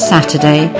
Saturday